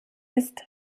ist